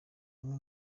bamwe